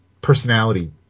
personality